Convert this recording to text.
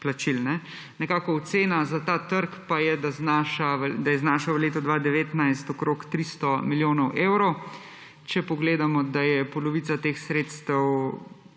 plačil. Ocena za ta trg pa je, da je znašal v letu 2019 okrog 300 milijonov evrov. Če pogledamo, da je polovica teh sredstev